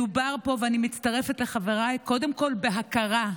מדובר פה, ואני מצטרפת לחבריי, קודם כול בהכרה,